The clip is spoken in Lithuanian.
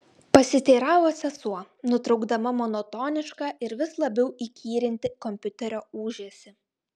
pasiteiravo sesuo nutraukdama monotonišką ir vis labiau įkyrintį kompiuterio ūžesį